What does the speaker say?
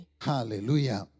Hallelujah